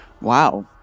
Wow